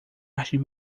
artes